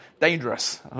dangerous